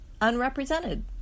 unrepresented